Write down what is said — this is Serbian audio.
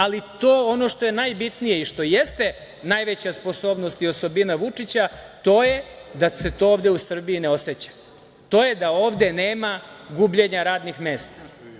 Ali ono što je najbitnije i što jeste najveća sposobnost i osobina Vučića, to je da se to ovde u Srbiji ne oseća, to je da ovde nema gubljenja radnih mesta.